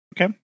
okay